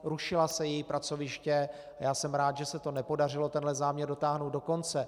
Rušila se její pracoviště a já jsem rád, že se nepodařilo tenhle záměr dotáhnout do konce.